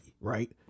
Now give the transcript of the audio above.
right